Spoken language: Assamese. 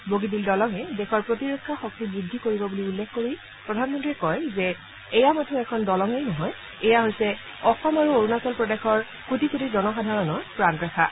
বগীবিল দলঙে দেশৰ প্ৰতিৰক্ষা শক্তি বৃদ্ধি কৰিব বুলি উল্লেখ কৰি প্ৰধানমন্ত্ৰীয়ে কয় যে এয়া মাথো এখন দলঙেই নহয় এয়া হৈছে অসম আৰু অৰুণাচল প্ৰদেশৰ কোটি কোটি জনসাধাৰণৰ প্ৰাণ ৰেখা